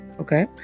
Okay